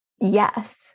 yes